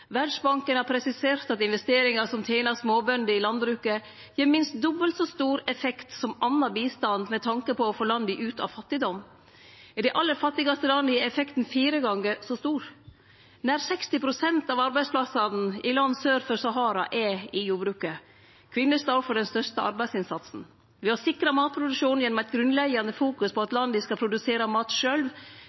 Verdsbanken har presisert at investeringar som tener småbønder i landbruket, gir minst dobbelt så stor effekt som annan bistand med tanke på å få landa ut av fattigdom. I dei aller fattigaste landa er effekten fire gonger så stor. Nær 60 pst. av arbeidsplassane i land sør for Sahara er i jordbruket. Kvinner står for den største arbeidsinnsatsen. Ved å sikre matproduksjonen gjennom grunnleggjande fokusering på at landa skal produsere mat